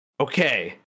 okay